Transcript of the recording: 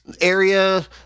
area